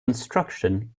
instruction